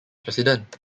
president